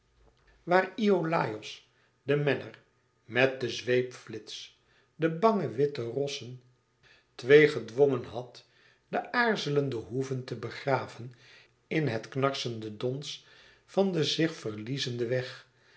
waar iolàos de menner met den zweepflits de bange witte rossen twee gedwongen had de aarzelende hoeven te begraven in het knarsende dons van den zich verliezenden weg